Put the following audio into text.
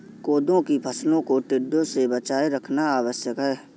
कोदो की फसलों को टिड्डों से बचाए रखना आवश्यक है